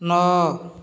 ନଅ